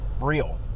real